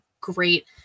great